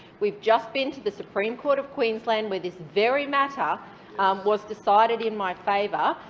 we've just been to the supreme court of queensland where this very matter was decided in my favour,